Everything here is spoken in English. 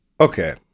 Okay